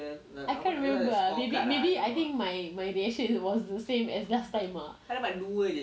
I can't remember maybe maybe I think my reaction was the same as last time ah